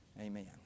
Amen